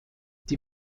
die